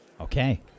Okay